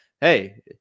hey